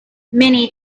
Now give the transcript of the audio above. many